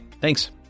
Thanks